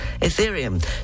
Ethereum